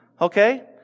Okay